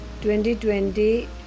2020